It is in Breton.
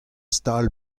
stal